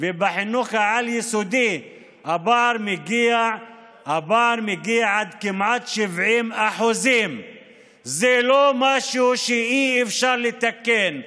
ובחינוך העל-יסודי הפער מגיע עד כמעט 70%. זה לא משהו שאי-אפשר לתקן,